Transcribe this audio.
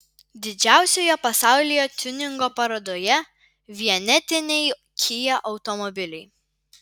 didžiausioje pasaulyje tiuningo parodoje vienetiniai kia automobiliai